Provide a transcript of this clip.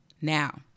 now